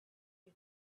you